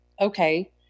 okay